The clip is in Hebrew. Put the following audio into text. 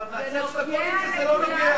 אבל מהצד של הקואליציה זה לא נוגע.